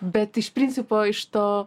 bet iš principo iš to